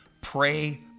pray